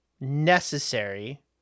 necessary